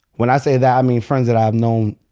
when i say that, i mean friends that i have known.